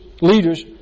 leaders